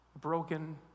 broken